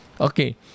okay